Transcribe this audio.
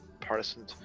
partisan